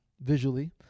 visually